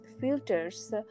filters